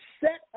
set